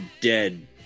dead